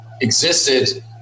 existed